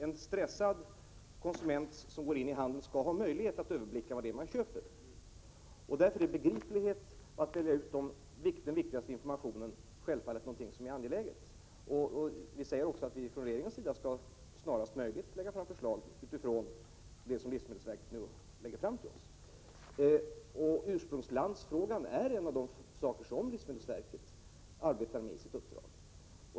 En stressad konsument som går in i en butik skall ha möjlighet att överblicka vad han köper. Därför är det angeläget att man väljer ut den viktigaste informationen. Regeringen kommer att snarast möjligt lägga fram förslag utifrån livsmedelsverkets redovisning. Ursprungslandsfrågan är en av de saker som livsmedelsverket arbetar med.